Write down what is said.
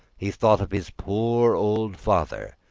he thought of his poor old father,